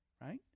right